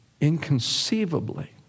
inconceivably